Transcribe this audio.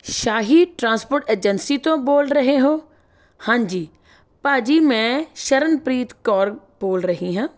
ਸ਼ਾਹੀ transport agency ਤੋਂ ਬੋਲ ਰਹੇ ਹੋ ਹਾਂਜੀ ਭਾਅ ਜੀ ਮੈਂ ਸ਼ਰਨਪ੍ਰੀਤ ਕੌਰ ਬੋਲ ਰਹੀ ਹਾਂ